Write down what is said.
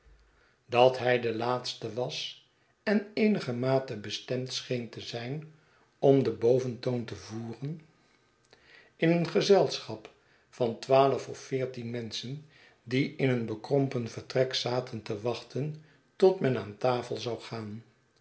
dat hij de laatste was en eenigermate bestemd scheen te zijn om den boventoon te voeren in een gezelschap van twaalfof veertien menschen die in een bekrompen vertrek zaten te wachten tot men aan tafel zou gaan